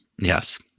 Yes